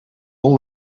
all